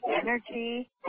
energy